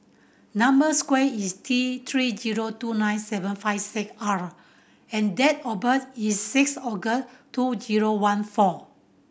number square is T Three zero two nine seven five six R and date of birth is six August two zero one four